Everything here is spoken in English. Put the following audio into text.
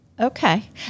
okay